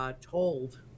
told